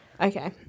Okay